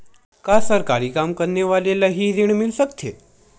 का सरकारी काम करने वाले ल हि ऋण मिल सकथे?